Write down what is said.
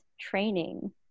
training